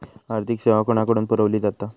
आर्थिक सेवा कोणाकडन पुरविली जाता?